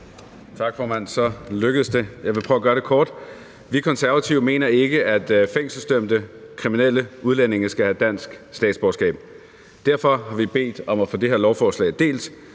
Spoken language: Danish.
Tak, formand. Så lykkedes det. Jeg vil prøve at gøre det kort. Vi Konservative mener ikke, at fængselsdømte kriminelle udlændinge skal have dansk statsborgerskab. Derfor har vi bedt om at få det her lovforslag delt,